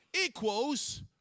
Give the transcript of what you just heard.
equals